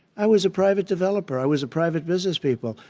i was a private developer, i was a private business people.